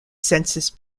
census